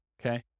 Okay